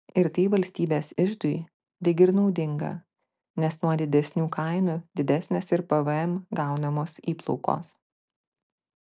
ir tai valstybės iždui lyg ir naudinga nes nuo didesnių kainų didesnės iš pvm gaunamos įplaukos